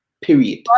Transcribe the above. period